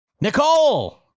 Nicole